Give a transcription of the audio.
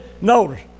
Notice